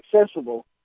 accessible